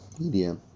media